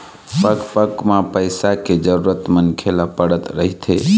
पग पग म पइसा के जरुरत मनखे ल पड़त रहिथे